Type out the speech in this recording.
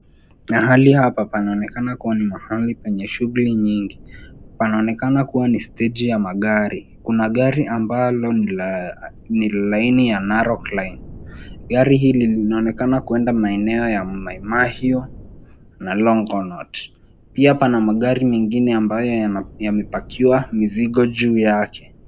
Mahali hapa panaonekana kuwa ni mahali penye shughuli nyingi. Panaonekana kuwa ni steji ya magari . Kuna gari ambalo ni laini ya Narok line . Gari hili linaonekana kuenda maeneo ya Mai Mahiu na Longonot . Pia pana magari mengine ambayo yamepakiwa mizigo juu yake.